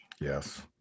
Yes